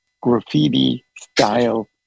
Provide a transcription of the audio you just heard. graffiti-style